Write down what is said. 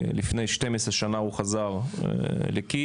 לפני 12 שנה הוא חזר לקייב,